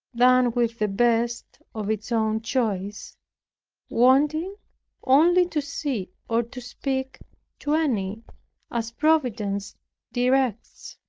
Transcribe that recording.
than with the best, of its own choice wanting only to see or to speak to any as providence directs,